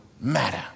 matter